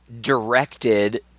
directed